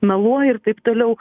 meluoja ir taip toliau